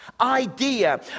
idea